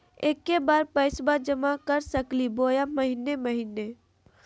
एके बार पैस्बा जमा कर सकली बोया महीने महीने?